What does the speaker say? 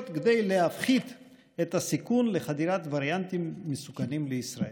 כדי להפחית את הסיכון לחדירת וריאנטים מסוכנים לישראל.